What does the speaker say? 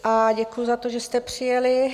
A děkuji za to, že jste přijeli.